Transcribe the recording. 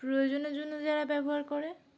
প্রয়োজনের জন্য যারা ব্যবহার করে